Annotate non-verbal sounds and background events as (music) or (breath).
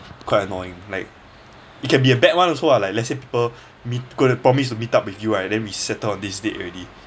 quite annoying like it can be a bad one also ah like let's say people (breath) meet gonna promise to meet up with you ah and then we settled on this date already